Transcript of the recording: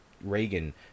Reagan